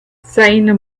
seine